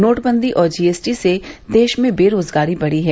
नोटबंदी और जीएसटी से देश में बेरोजगारी बढ़ी है